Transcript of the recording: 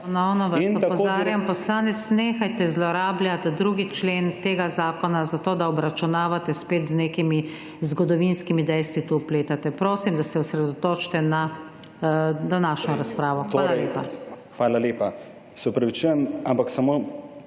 Ponovno vas opozarjam, poslanec, nehajte zlorabljati 2. člen tega zakona, zato da obračunavate z nekimi zgodovinskimi dejstvi, ki jih tu vpletate. Prosim, da se osredotočite na današnjo razpravo, Hvala lepa. **Nadaljevanje